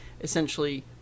essentially